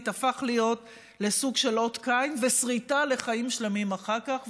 הפכו להיות סוג של אות קין וסריטה לחיים שלמים אחר כך,